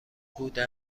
بوده